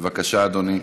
בבקשה, אדוני.